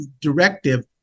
directive